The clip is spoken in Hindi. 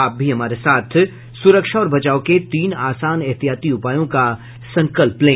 आप भी हमारे साथ सुरक्षा और बचाव के तीन आसान एहतियाती उपायों का संकल्प लें